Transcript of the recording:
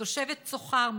תושבת צוחר,